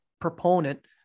proponent